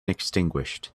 extinguished